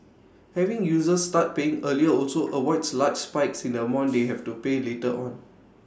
having users start paying earlier also avoids large spikes in the amount they have to pay later on